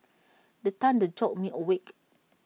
the thunder jolt me awake